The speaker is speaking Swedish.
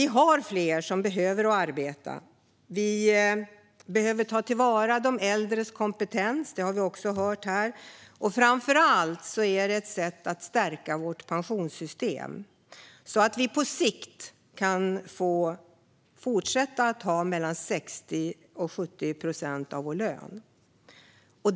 Fler behöver arbeta. Vi behöver ta till vara de äldres kompetens - det har vi hört här. Framför allt är detta ett sätt att stärka vårt pensionssystem, så att vi på sikt kan fortsätta att ha mellan 60 och 70 procent av lönen.